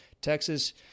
texas